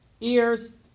ears